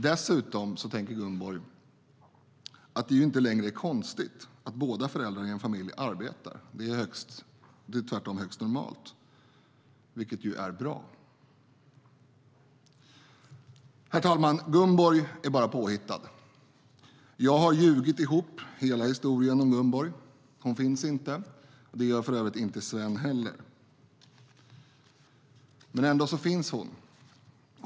Dessutom tänker Gunborg att det inte längre är konstigt att båda föräldrarna i en familj arbetar, att det tvärtom är högst normalt, vilket ju är bra. Herr talman! Gunborg är bara påhittad. Jag har ljugit ihop hela historien om Gunborg. Hon finns inte, och det gör för övrigt inte heller Sven. Men ändå finns hon.